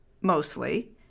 mostly